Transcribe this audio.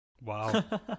wow